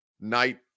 night